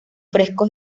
frescos